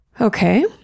Okay